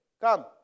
come